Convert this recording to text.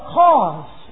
cause